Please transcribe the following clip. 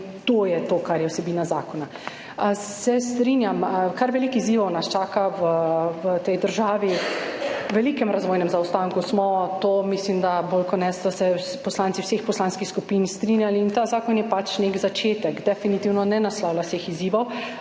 to je to, kar je vsebina zakona. Se strinjam, kar veliko izzivov nas čaka v tej državi. V velikem razvojnem zaostanku smo. S tem mislim, da ste se bolj kot ne poslanci vseh poslanskih skupin strinjali in ta zakon je pač nek začetek, definitivno ne naslavlja vseh izzivov.